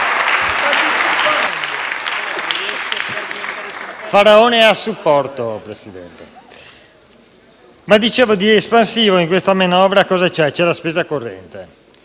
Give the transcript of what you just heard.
Faraone è a supporto, signor Presidente. Ma, dicevo, di espansivo in questa manovra cosa c'è? C'è la spesa corrente,